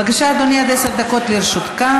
בבקשה, אדוני, עד עשר דקות לרשותך.